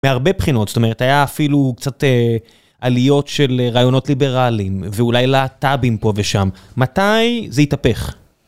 מהרבה בחינות, זאת אומרת, היה אפילו קצת עליות של רעיונות ליברליים, ואולי להט״בים פה ושם. מתי זה התהפך?